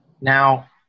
now